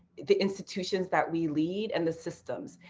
the institutions that we lead, and the systems?